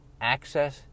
access